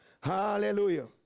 Hallelujah